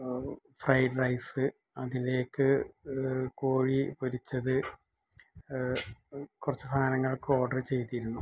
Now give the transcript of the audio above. fried rice അതിലേക്ക് കോഴി പൊരിച്ചത് കുറച്ച് സാധനങ്ങൾ ഓർഡർ ചെയ്തിരുന്നു